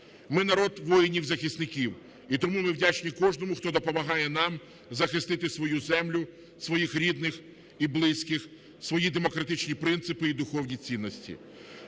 Ми – народ воїнів-захисників, і тому ми вдячні кожному, хто допомагає нам захистити свою землю, своїх рідних і близьких, свої демократичні принципи і духовні цінності.